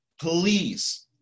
please